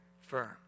firm